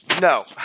No